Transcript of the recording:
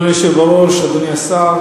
אדוני היושב בראש, אדוני השר,